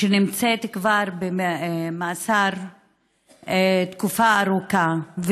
שנמצאת במאסר כבר תקופה ארוכה,